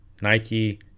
Nike